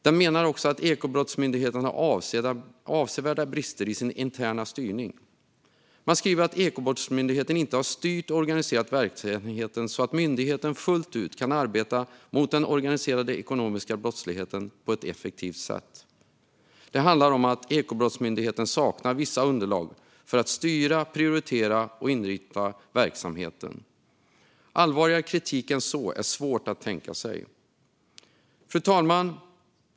Man menar också att Ekobrottsmyndigheten har avsevärda brister i sin interna styrning. Man skriver att Ekobrottsmyndigheten inte har styrt och organiserat verksamheten så att myndigheten fullt ut kan arbeta mot den organiserade ekonomiska brottsligheten på ett effektivt sätt. Det handlar om att Ekobrottsmyndigheten saknar vissa underlag för att styra, prioritera och inrikta verksamheten. Allvarligare kritik än så är svår att tänka sig. Fru talman!